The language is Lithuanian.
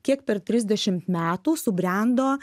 kiek per trisdešimt metų subrendo